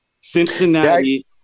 Cincinnati